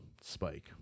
Spike